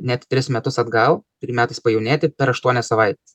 net tris metus atgal trim metais pajaunėti per aštuonias savaites